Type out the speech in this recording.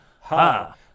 ha